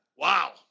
Wow